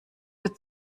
für